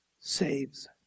Saves